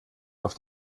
auf